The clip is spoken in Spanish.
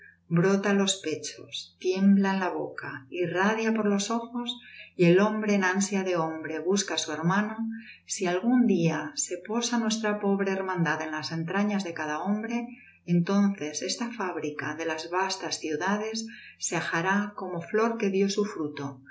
brota á los pechos tiembla en la boca irradia por los ojos y el hombre en ansia de hombre busca á su hermano si algún día se posa nuestra pobre hermandad en las entrañas de cada hombre entonces esta fábrica de las vastas ciudades se ajará como flor que dió su fruto